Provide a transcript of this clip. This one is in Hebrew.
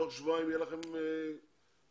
תוך שבועיים תדעו היכן אתם